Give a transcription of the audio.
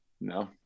no